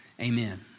Amen